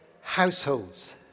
households